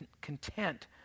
content